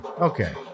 Okay